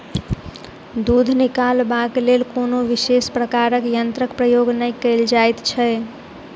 दूध निकालबाक लेल कोनो विशेष प्रकारक यंत्रक प्रयोग नै कयल जाइत छै